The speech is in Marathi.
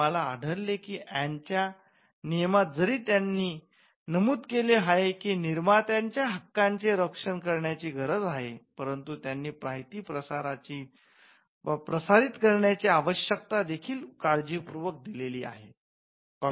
आम्हाला आढळले की अॅनच्या नियमात जरी त्यांनी नमूद केले आहे की निर्मात्यांच्या हक्कांचे रक्षण करण्याची गरज आहे परंतु त्यांनी माहिती प्रसारित करण्याची आवश्यकता देखील काळजीपूर्वक दिलेली आहे